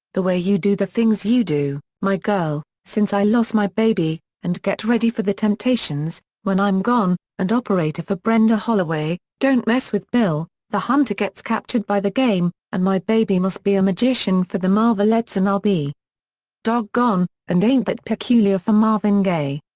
the way you do the things you do, my girl, since i lost my baby and get ready for the temptations, when i'm gone and operator for brenda holloway, don't mess with bill, the hunter gets captured by the game and my baby must be a magician for the marvelettes and i'll be doggone and ain't that peculiar for marvin gaye.